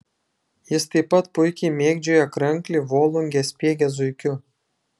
jis taip pat puikiai mėgdžioja kranklį volungę spiegia zuikiu